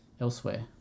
elsewhere